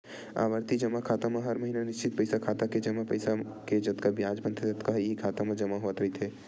आवरती जमा खाता म हर महिना निस्चित पइसा खाता के जमा पइसा के जतका बियाज बनथे ततका ह इहीं खाता म जमा होवत रहिथे